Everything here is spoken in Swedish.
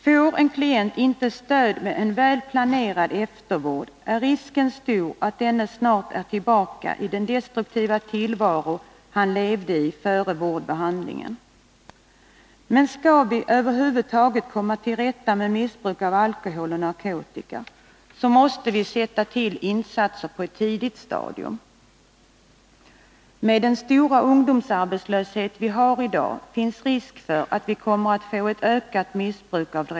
Får en klient inte stöd med en väl planerad eftervård, är risken stor att denne snart är tillbaka i den destruktiva tillvaro han levde i före vårdbehandlingen. Skall vi över huvud taget kunna komma till rätta med missbruk av alkohol och narkotika, måste vi göra insatserna på ett tidigt stadium. Med den stora ungdomsarbetslöshet som vi har i dag finns det risk för att vi kommer att få en ökning av drogmissbruket.